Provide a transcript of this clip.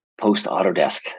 post-Autodesk